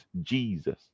Jesus